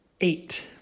eight